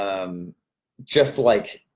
um just like,